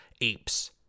apes